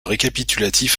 récapitulatif